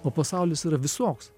o pasaulis yra visoks